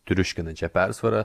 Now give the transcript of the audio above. triuškinančia persvara